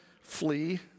flee